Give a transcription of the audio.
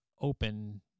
open